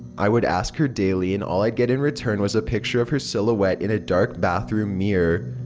i would ask her daily and all i'd get in return was a picture of her silhouette in a dark bathroom mirror.